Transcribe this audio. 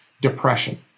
depression